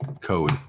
code